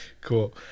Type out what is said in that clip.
Cool